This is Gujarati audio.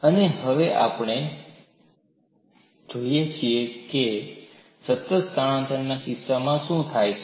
તિરાડની હાજરીમાં અચળ લોડિંગ હેઠળ સ્ટ્રેઈન ઊર્જા પરિવર્તન અને હવે આપણે જઈએ છીએ અને જોઈએ છીયે કે સતત સ્થાનાંતરણના કિસ્સામાં શું થાય છે